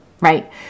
right